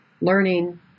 learning